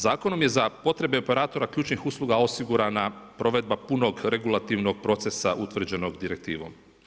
Zakonom je za potrebe operatora ključnih usluga osigurana provedba punog regulativnog procesa utvrđenog direktivom.